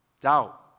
Doubt